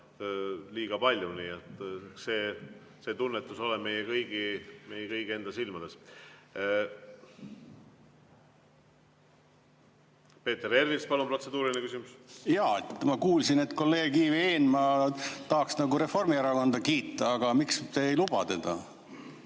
liiga palju. Nii et see tunnetus on meie kõigi enda silmades. Peeter Ernits, palun, protseduuriline küsimus! Jaa. Ma kuulsin, et kolleeg Ivi Eenma tahaks nagu Reformierakonda kiita, aga miks te ei luba teda?